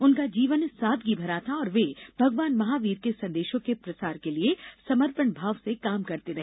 उनका जीवन सादगी भरा था और वे भगवान महावीर के संदेशों के प्रसार के लिए समर्पण भाव से काम करते रहे